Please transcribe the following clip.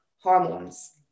hormones